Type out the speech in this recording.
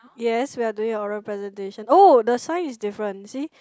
yes we're doing oral presentation oh the sign is different see